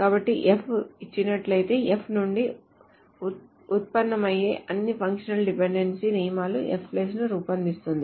కాబట్టి F ఇచ్చినట్లయితే F నుండి ఉత్పన్నమయ్యే అన్ని ఫంక్షనల్ డిపెండెన్సీ నియమాలు Fను రూపొందిస్తాయి